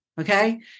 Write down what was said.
okay